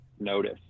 Notice